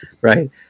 right